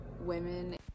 women